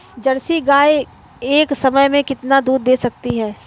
Jersey गाय एक समय में कितना दूध दे सकती है?